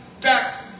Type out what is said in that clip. back